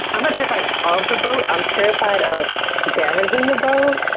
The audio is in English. i'm not terrified of the boat, i'm terrified of damaging the boat,